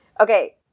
okay